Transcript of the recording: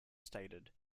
stated